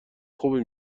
خوبی